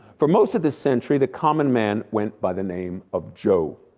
for most of the century, the common man went by the name of joe.